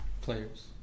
Players